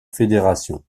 fédération